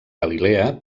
galilea